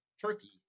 turkey